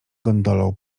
gondolą